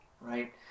right